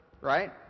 right